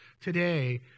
today